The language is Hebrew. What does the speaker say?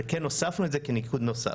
אבל כן הוספנו את זה כניקוד נוסף.